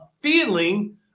feeling